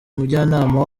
umujyanama